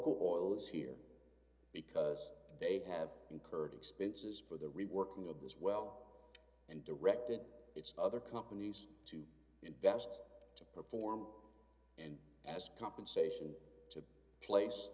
is here because they have incurred expenses for the reworking of this well and directed its other companies to invest to perform and as compensation to place